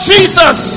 Jesus